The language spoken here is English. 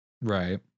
Right